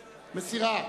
מסירה.